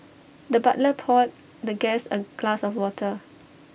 the butler poured the guest A glass of water